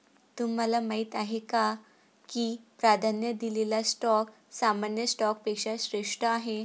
तुम्हाला माहीत आहे का की प्राधान्य दिलेला स्टॉक सामान्य स्टॉकपेक्षा श्रेष्ठ आहे?